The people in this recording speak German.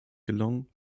gelungen